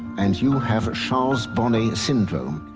and you have charles bonnet syndrome.